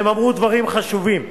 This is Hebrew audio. והם אמרו דברים חשובים,